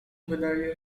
wydaje